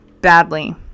badly